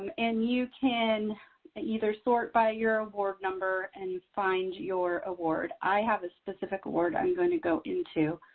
and you can and either sort by your award number and find your award. i have a specific award i'm going to go into.